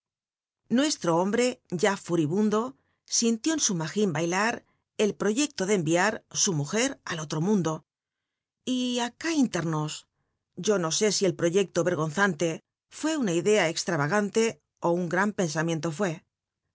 l'iuestro hombre ya fu ribundo sintió en su magiu bailar el pro ecto tic cnri ll su mujer al otro mundo y acá infer nos yo no sé si el proyecto rergonzaute fué una idea estravagante ó un gran pensamiento fué